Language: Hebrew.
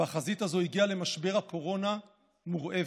והחזית הזו הגיעה למשבר הקורונה מורעבת.